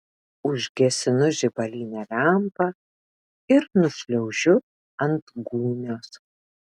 užgesinu žibalinę lempą ir nušliaužiu ant gūnios